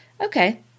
Okay